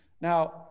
Now